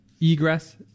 egress